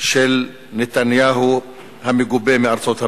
של נתניהו המגובה מארצות-הברית.